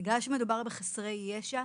בגלל שמדובר בחסרי ישע,